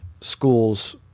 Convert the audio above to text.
schools